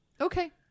Okay